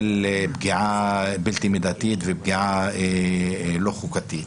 פגיעה בלתי מידתית ופגיעה לא חוקתית.